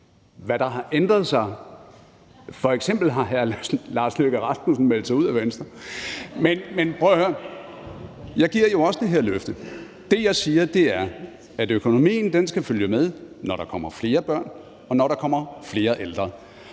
Hvad der har ændret sig? F.eks. har hr. Lars Løkke Rasmussen meldt sig ud af Venstre. Men prøv at høre, jeg giver jo også det her løfte. Det, jeg siger, er, at økonomien skal følge med, når der kommer flere børn, og når der kommer flere ældre,